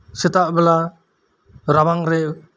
ᱥᱮᱛᱟᱜ ᱵᱮᱞᱟ ᱨᱟᱵᱟᱝ ᱨᱮ